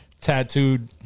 Tattooed